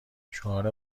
شعار